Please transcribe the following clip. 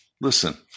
Listen